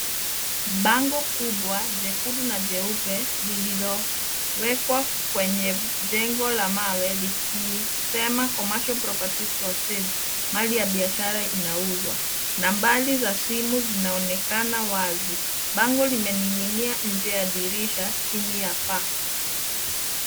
Bango kubwa jekundu na jeupe lililowekwa kwenye jengo la mawe likisema commercial properties for sale. Mali ya biashara inauzwa, nambari za simu zinaonekana wazi. Bango limeninginia nje ya dirisha chini ya paa.